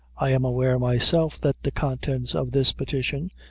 i am aware myself that the contents of this petition,